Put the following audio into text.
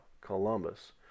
Columbus